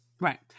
Right